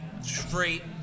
straight